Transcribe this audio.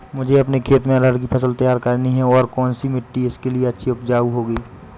मुझे अपने खेत में अरहर की फसल तैयार करनी है और कौन सी मिट्टी इसके लिए अच्छी व उपजाऊ होगी?